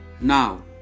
now